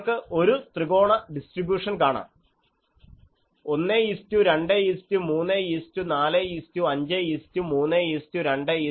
നിങ്ങൾക്ക് ഒരു ത്രികോണ ഡിസ്ട്രിബ്യൂഷൻ കാണാം 1 2 3 4 5 3 2 1